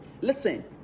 Listen